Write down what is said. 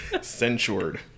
censured